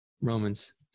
Romans